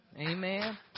Amen